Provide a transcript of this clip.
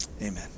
Amen